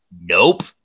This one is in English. Nope